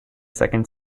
second